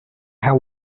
have